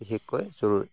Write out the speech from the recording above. বিশেষকৈ জৰুৰী